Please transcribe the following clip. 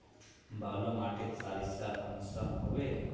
बालू माटित सारीसा कुंसम होबे?